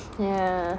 ya